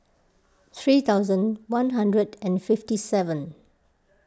three thousand one hundred and fifty seven